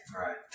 Right